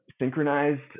synchronized